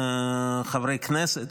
חברי כנסת,